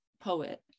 poet